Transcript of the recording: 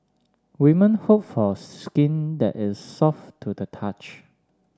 women hope for that is soft to the touch